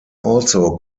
also